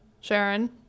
sharon